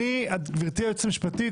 גברתי היועצת המשפטית,